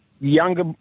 younger